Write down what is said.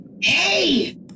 Hey